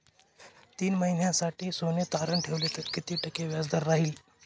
तीन महिन्यासाठी सोने तारण ठेवले तर किती टक्के व्याजदर राहिल?